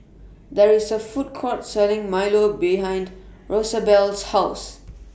There IS A Food Court Selling Milo behind Rosabelle's House